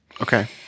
Okay